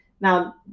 Now